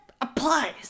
applies